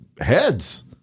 heads